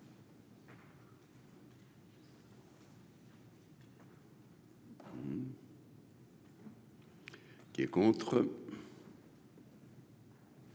Qui est contre.